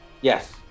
yes